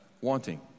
wanting